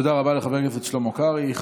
תודה רבה לחבר הכנסת שלמה קרעי.